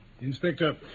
Inspector